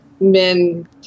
men